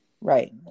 Right